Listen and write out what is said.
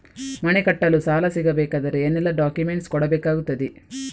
ಮನೆ ಕಟ್ಟಲು ಸಾಲ ಸಿಗಬೇಕಾದರೆ ಏನೆಲ್ಲಾ ಡಾಕ್ಯುಮೆಂಟ್ಸ್ ಕೊಡಬೇಕಾಗುತ್ತದೆ?